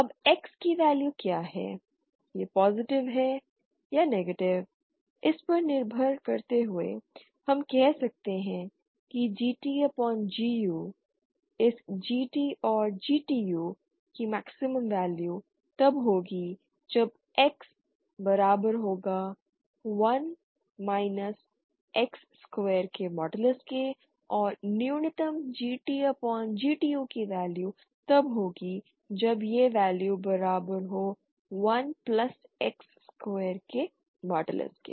अब X की value क्या है यह पॉजिटिव है या नेगेटिव इस पर निर्भर करते हुए हम कह सकते हैं कि GT अपॉन GU इस GT और GTU की मैक्सिमम वैल्यू तब होगी जब x बराबर होगा 1 x स्क्वायर के मॉडलस के और न्यूनतम GT अपॉन GTU की वैल्यू तब होगी जब यह वैल्यू बराबर हो 1 x स्क्वायर के मॉडलस के